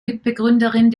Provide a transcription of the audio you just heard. mitbegründerin